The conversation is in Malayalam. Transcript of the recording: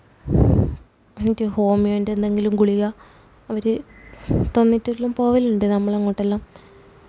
എന്ട്ട് ഹോമിയോന്റെ എന്തെങ്കിലും ഗുളിക അവർ തന്നിട്ടുള്ളം പോകലുണ്ട് നമ്മളങ്ങോട്ടെല്ലാം